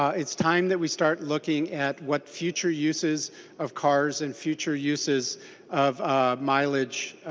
it's time that we start looking at what future uses of cars and future uses of mileage